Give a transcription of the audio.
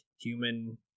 human